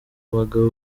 bagabo